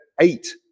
eight